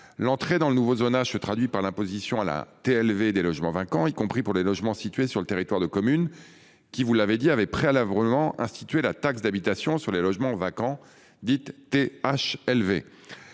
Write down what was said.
L'entrée dans le nouveau zonage se traduira par l'assujettissement à la TLV des logements vacants, y compris pour les logements situés sur le territoire de communes qui avaient préalablement institué la taxe d'habitation sur les logements vacants (THLV).